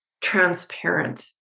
transparent